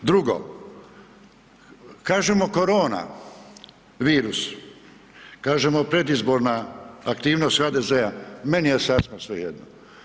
Drugo, kažemo koronavirus, kažemo predizborna aktivnost HDZ-a, meni je sasvim svejedno.